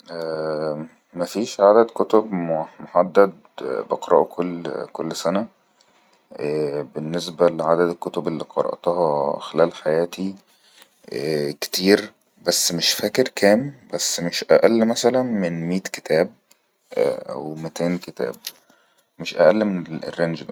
مفيش عدد كتب محدد بقرأة كل سنه بالنسبة لعدد الكتب الي قرأتها خلال حياتي ءءءءكتير بسس مش فاكر كام بس مش أأل ممثلا من ميت كتاب أو متين كتاب مش أأل من الرينج دا